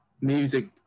music